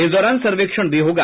इस दौरान सर्वेक्षण भी होगा